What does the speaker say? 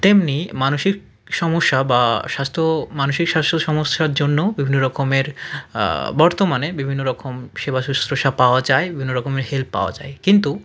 তেমনি মানসিক সমস্যা বা স্বাস্থ্য মানুষের স্বাস্থ্য সমস্যার জন্য বিভিন্ন রকমের বর্তমানে বিভিন্ন রকম সেবা শুশ্রূষা পাওয়া যায় বিভিন্ন রকমের হেল্প পাওয়া যায় কিন্তু